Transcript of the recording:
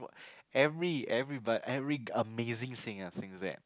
every every but every amazing things I think that